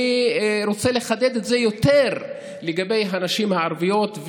אני רוצה לחדד את זה יותר לגבי הנשים הערביות,